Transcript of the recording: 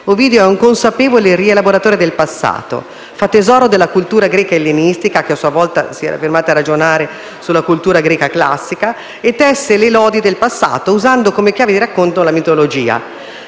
Ovidio è un consapevole rielaboratore del passato: fa tesoro della cultura greca ellenistica, che a sua volta si era fermata a ragionare sulla cultura greca classica, e tesse le lodi del passato usando come chiave di racconto la mitologia.